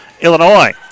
Illinois